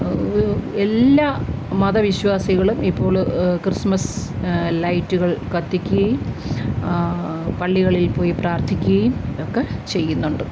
എല്ലാ മതവിശ്വാസികളും ഇപ്പോൾ ക്രിസ്മസ് ലൈറ്റുകൾ കത്തിക്കുകയും പള്ളികളിൽ പോയി പ്രാർത്ഥിക്കുകയും ഒക്കെ ചെയ്യുന്നുണ്ട്